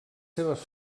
seves